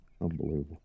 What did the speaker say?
Unbelievable